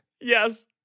Yes